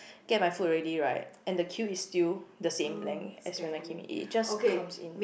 get my food already right and the queue is still the same length as when I came it it just comes in